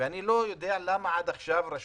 למי ניתנת הטבת